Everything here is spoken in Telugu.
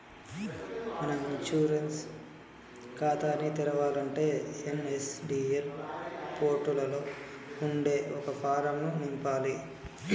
మనం ఇన్సూరెన్స్ ఖాతాని తెరవాలంటే ఎన్.ఎస్.డి.ఎల్ పోర్టులలో ఉండే ఒక ఫారం ను నింపాలి